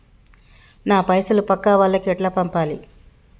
నా పైసలు పక్కా వాళ్లకి ఎట్లా పంపాలి?